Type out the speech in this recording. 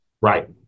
Right